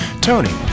Tony